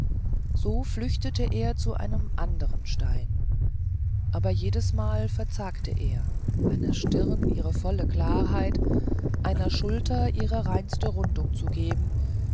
so flüchtete er zu einem anderen steine aber jedesmal verzagte er einer stirne ihre volle klarheit einer schulter ihre reinste rundung zu geben